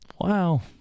Wow